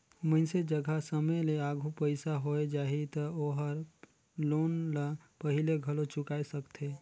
मइनसे जघा समे ले आघु पइसा होय जाही त ओहर लोन ल पहिले घलो चुकाय सकथे